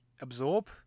absorb